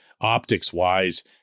optics-wise